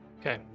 Okay